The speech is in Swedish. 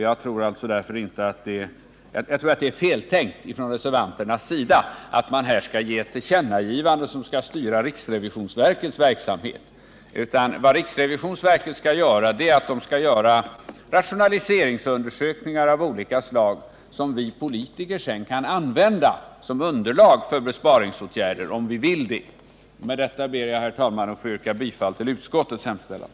Jag tror att reservanterna har tänkt fel när de föreslår att riksdagen skall göra ett tillkännagivande som skall styra riksrevisionsverkets verksamhet. Riksrevisionsverket skall göra rationaliseringsundersökningar av olika slag som vi politiker sedan kan använda som underlag för besparingsåtgärder, om vi vill det. Med detta ber jag, herr talman, att få yrka bifall till utskottets hemställan.